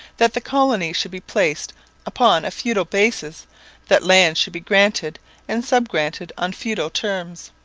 that the colony should be placed upon a feudal basis that lands should be granted and sub-granted on feudal terms.